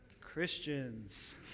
Christians